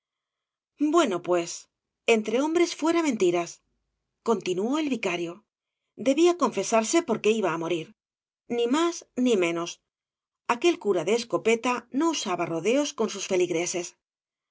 bueno pues entre hombres fuera mentiras continuó el vicario debía confesarse porque iba t morir ni más ni menos aquel cura de escopeta íio usaba rodeos con sus feligreses